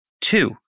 Two